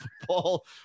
football